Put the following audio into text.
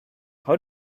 how